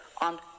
on